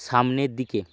সামনের দিকে